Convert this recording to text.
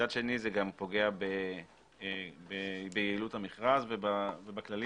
מצד שני זה גם פוגע ביעילות המכרז ובכללים